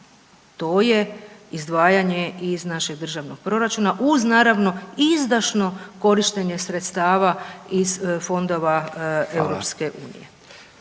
to je izdvajanje iz našeg državnog proračuna uz naravno izdašno korištenje sredstava iz fondova EU.